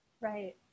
right